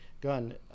gun